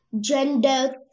gender